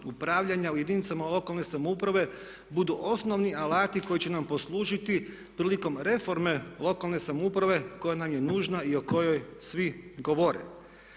u jedinicama lokalne samouprave budu osnovni alati koji će nam poslužiti prilikom reforme lokalne samouprave koja nam je nužna i o kojoj svi govore.